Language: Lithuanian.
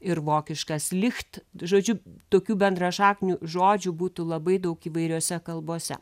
ir vokiškas licht žodžiu tokių bendrašaknių žodžių būtų labai daug įvairiose kalbose